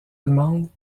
allemandes